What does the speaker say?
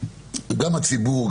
גם הציבור,